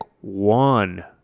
one